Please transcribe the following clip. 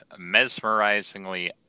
mesmerizingly